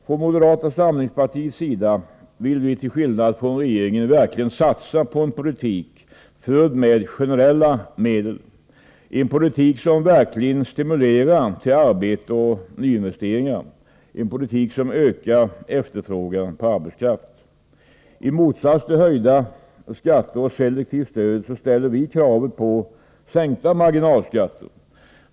Från moderata samlingspartiets sida vill vi till skillnad från regeringen verkligen satsa på en politik förd med generella medel, en politik som verkligen stimulerar till arbete och nyinvesteringar, en politik som ökar efterfrågan på arbetskraft. I motsats till höjda skatter och ökat selektivt stöd ställer vi krav på Oo Sänkta marginalskatter.